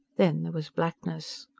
then there was blackness.